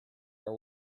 are